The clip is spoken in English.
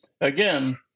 again